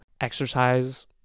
exercise